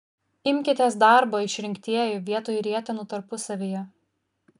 imkitės darbo išrinktieji vietoj rietenų tarpusavyje